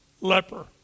leper